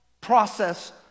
process